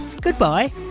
goodbye